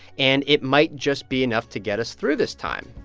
and it might just be enough to get us through this time.